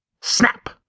Snap